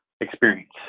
experience